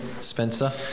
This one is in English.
Spencer